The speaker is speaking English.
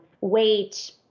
weight